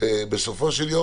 כאשר בסופו של יום